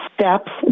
Steps